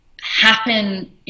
happen